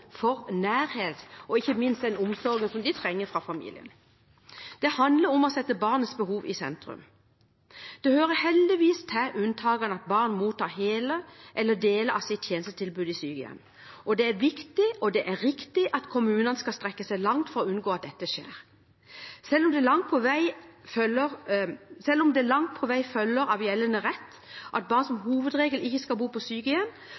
for nærhet og ikke minst den omsorgen de trenger fra familien. Det handler om å sette barnets behov i sentrum. Det hører heldigvis til unntakene at barn mottar hele eller deler av sitt tjenestetilbud i sykehjem, og det er viktig – og det er riktig – at kommunene skal strekke seg langt for å unngå at dette skjer. Selv om det langt på vei følger av gjeldende rett at barn som hovedregel ikke skal bo på sykehjem,